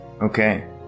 Okay